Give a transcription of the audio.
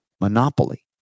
monopoly